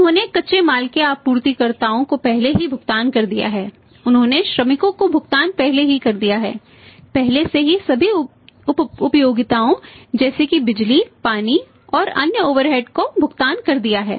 उन्होंने कच्चे माल के आपूर्तिकर्ताओं को पहले ही भुगतान कर दिया है उन्होंने श्रमिकों को भुगतान पहले ही कर दिया है पहले से ही सभी उपयोगिताओं जैसे कि बिजली पानी और अन्य ओवरहेड को भुगतान कर दिया है